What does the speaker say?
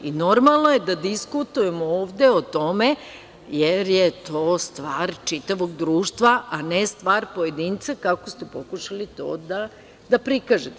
I, normalno je da diskutujemo ovde o tome, jer je to stvar čitavog društva, a ne stvar pojedinca, kako ste pokušali to da prikažete.